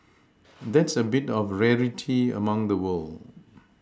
that's a bit of a rarity among the world